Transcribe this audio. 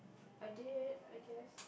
I did I guess